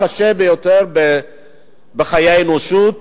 הקשה ביותר בחיי האנושות,